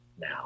now